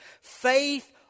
Faith